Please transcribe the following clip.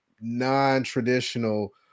non-traditional